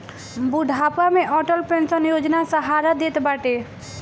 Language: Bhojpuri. बुढ़ापा में अटल पेंशन योजना सहारा देत बाटे